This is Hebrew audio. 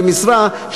למשרה,